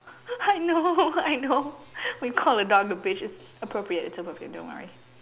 I know I know we called a dog a bitch it's appropriate it's appropriate don't worry